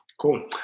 Cool